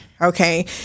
Okay